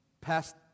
past